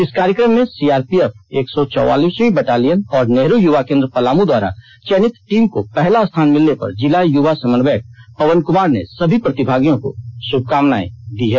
इस कार्यकम में सी आर पी एफ एक सौ चौतीसवी बटालियन और नेहरू युवा केन्द्र पलामू द्वारा चयनित टीम को पहला स्थान भिलने पर जिला युवा समन्वयक पवन कुमार ने सभी प्रतिभागियों को शुभकामनाएं दी हैं